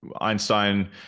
Einstein